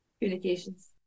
communications